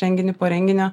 renginį po renginio